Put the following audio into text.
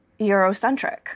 Eurocentric